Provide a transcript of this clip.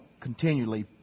continually